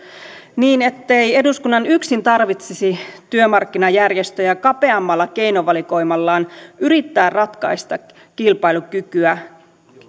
niin ettei eduskunnan yksin tarvitsisi työmarkkinajärjestöjä kapeammalla keinovalikoimallaan yrittää ratkaista kilpailukykyä